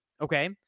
okay